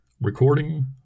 Recording